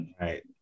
right